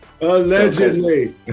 Allegedly